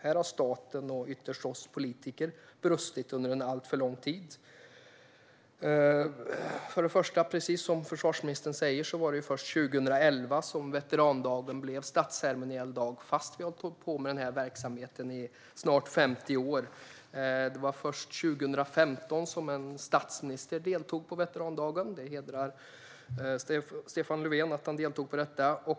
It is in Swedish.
Här har staten, och ytterst vi politiker, brustit under alltför lång tid. För det första var det, precis som försvarsministern säger, först 2011 som veterandagen blev statsceremoniell dag, fast denna verksamhet har pågått i snart 50 år. Det var först 2015 som en statsminister deltog i veterandagen. Det hedrar Stefan Löfven att han deltog i den.